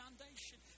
Foundation